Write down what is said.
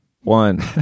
One